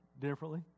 differently